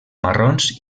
marrons